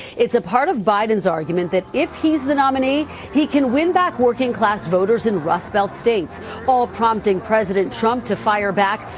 it's a part of biden's argument that if he's the nominee, he can win back working class voters in rust belt states prompting president trump to fire back.